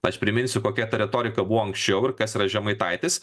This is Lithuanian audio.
aš priminsiu kokia ta retorika buvo anksčiau ir kas yra žemaitaitis